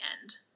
end